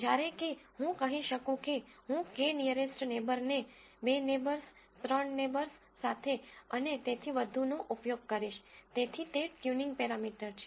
જ્યારે કે હું કહી શકું કે હું k નીઅરેસ્ટ નેબરને બે નેબર્સ ત્રણ નેબર્સ સાથે અને તેથી વધુનો ઉપયોગ કરીશ તેથી તે tuningટ્યુનિંગ પેરામીટર છે